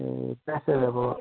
ए प्यासेर अब